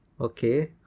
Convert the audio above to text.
okay